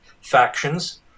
factions